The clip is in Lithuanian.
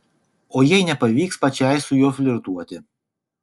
o jei nepavyks pačiai su juo flirtuoti